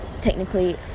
technically